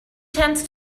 tends